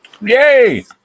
Yay